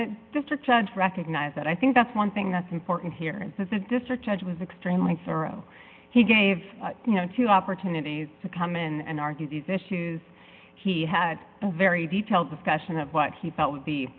the district judge recognize that i think that's one thing that's important here is that the district judge was extremely thorough he gave you know two opportunities to come in and argue these issues he had a very detailed discussion of what he thought would be